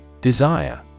desire